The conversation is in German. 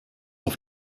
auf